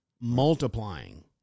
multiplying